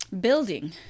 building